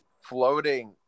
floating